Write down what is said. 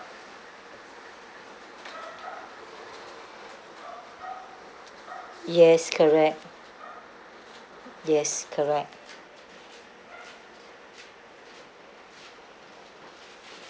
yes correct yes correct